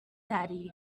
daddy